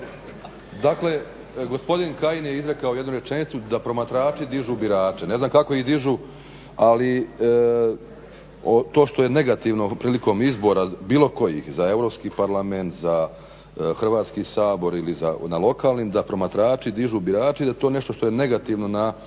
Dakle gospodin Kajin je izrekao jednu rečenicu da promatrači dižu birače. Ne znam kako ih dižu, ali to što je negativno prilikom izbora bilo kojih, za Europski parlament, za Hrvatski sabor ili na lokalnim, da promatrači dižu birače i da je to nešto što je negativno na